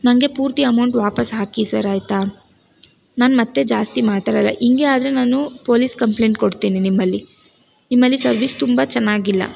ನನಗೆ ಪೂರ್ತಿ ಅಮೌಂಟ್ ವಾಪಸ್ಸು ಹಾಕಿ ಸರ್ ಆಯಿತಾ ನಾನು ಮತ್ತೆ ಜಾಸ್ತಿ ಮಾತಾಡೋಲ್ಲ ಹಿಂಗೆ ಆದರೆ ನಾನು ಪೋಲಿಸ್ ಕಂಪ್ಲೇಂಟ್ ಕೊಡ್ತೀನಿ ನಿಮ್ಮಲ್ಲಿ ನಿಮ್ಮಲ್ಲಿ ಸರ್ವಿಸ್ ತುಂಬ ಚೆನ್ನಾಗಿಲ್ಲ